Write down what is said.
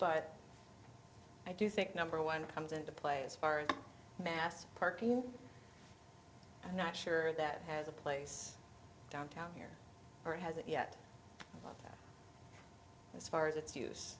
but i do think number one comes into play as far as mass parking i'm not sure that has a place downtown here or has it yet as far as